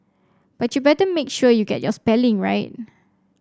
but you better make sure you get your spelling right